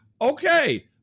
okay